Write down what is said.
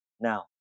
Now